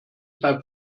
bei